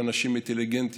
הם אנשים אינטליגנטים,